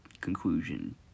conclusion